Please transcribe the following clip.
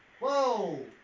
Whoa